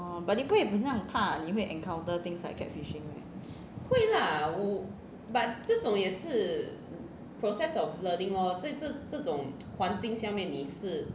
orh but 你不很像怕你会 encounter things like catfishing meh